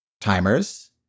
timers